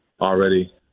already